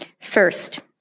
First